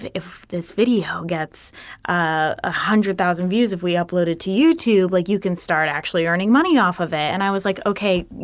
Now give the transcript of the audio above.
if if this video gets a hundred thousand views, if we uploaded to youtube, like, you can start actually earning money off of it. and i was like, okay,